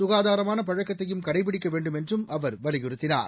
சுகாதாரமான பழக்கத்தையும் கடைபிடிக்க வேண்டும் என்று அவர் வலியுறுத்தினார்